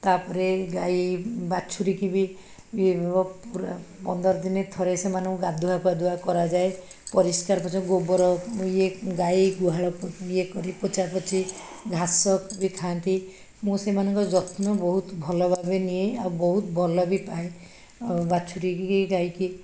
ତା ପରେ ଗାଈ ବାଛୁରୀକି ବି ପୁରା ପନ୍ଦର ଦିନେ ଥରେ ସେମାନଙ୍କୁ ଗାଧୁଇ ପାଧୁଆ କରାଯାଏ ପରିଷ୍କାର ପରିଚ୍ଛନ ଗୋବର ଇଏ ଗାଈ ଗୁହାଳକୁ ଇଏ କରି ପୋଛା ପୋଛି ଘାସ ବି ଖାଆନ୍ତି ମୁଁ ସେମାନଙ୍କର ଯତ୍ନ ବହୁତ ଭଲ ଭାବେ ନିଏ ଆଉ ବହୁତ ଭଲ ବି ପାଏ ଆଉ ବାଛୁରୀକି ଗାଈକି